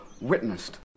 witnessed